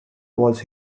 was